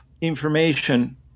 information